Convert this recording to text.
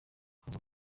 kuza